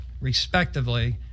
respectively